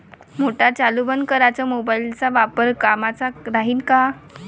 Motor चालू बंद कराच मोबाईलचा वापर कामाचा राहीन का?